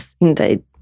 indeed